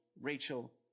Rachel